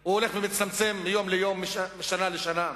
הוא הולך ומצטמצם מיום ליום, משנה לשנה.